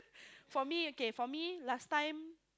for me okay for me last time